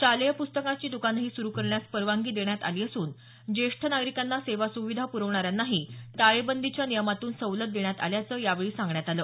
शालेय पुस्तकांची दुकानंही सुरू करण्यास परवानगी देण्यात आली असून ज्येष्ठ नागरिकांना सेवा सुविधा पुरवणाऱ्यांनाही टाळेबंदीच्या नियमातून सवलत देण्यात आल्याचं यावेळी सांगण्यात आलं